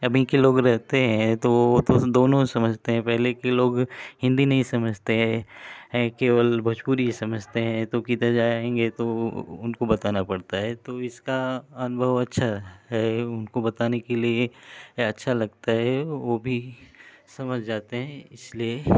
अभी के लोग रहते हैं तो दोनों समझते हैं पहले के लोग हिंदी नहीं समझते हैं केवल भोजपुरी हीं समझते हैं तो किधर जाएंगे तो बताना पड़ता है इसका अनुभव अच्छा है उनको बताने के लिए अच्छा लगता है वो भी समझ जाते हैं इसलिए